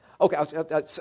Okay